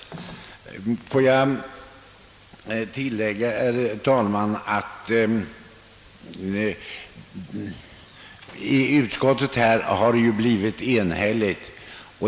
Utskottet har blivit enhälligt.